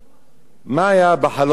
מה היה בחלום של פרעה?